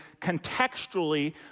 contextually